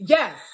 Yes